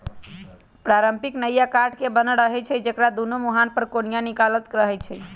पारंपरिक नइया काठ के बनल रहै छइ जेकरा दुनो मूहान पर कोनिया निकालल रहैत हइ